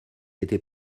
été